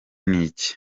n’iki